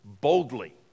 boldly